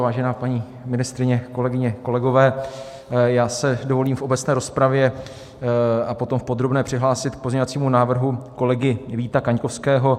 Vážená paní ministryně, kolegyně, kolegové, já se dovolím v obecné rozpravě a potom v podrobné přihlásit k pozměňovacímu návrhu kolegy Víta Kaňkovského.